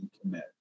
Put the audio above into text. commit